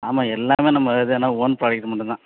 ஆமாம் எல்லாமே நம்ம இது எல்லாம் ஓன் ப்ராடக்ட் மட்டும்தான்